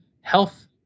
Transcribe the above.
health